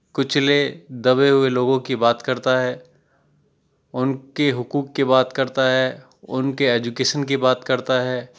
کچلے دبے ہوئے لوگوں کی بات کرتا ہے ان کے حقوق کی بات کرتا ہے ان کے ایجوکیشن کی بات کرتا ہے